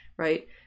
Right